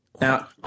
Now